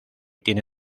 tiene